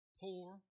poor